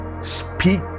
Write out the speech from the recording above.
speak